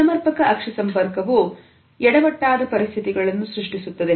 ಅಸಮರ್ಪಕ ಅಕ್ಷಿ ಸಂಪರ್ಕವೂ ಎಡವಟ್ಟಾದ ಪರಿಸ್ಥಿತಿಗಳನ್ನು ಸೃಷ್ಟಿಸುತ್ತದೆ